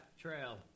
Trail